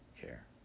care